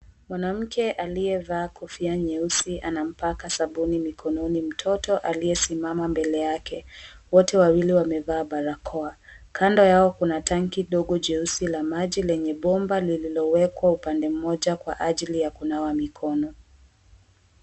Mwanamke aliyevaa kofia nyeusi anampaka sabuni mikononi mtoto aliyesimama mbele yake. Wote wawili wamevaa barakoa. Kando yao kuna tanki ndogo jeusi la maji, lenye bomba lililowekwa upande mmoja kwa ajili ya kunawa mikono.